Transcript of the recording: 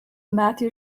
matthew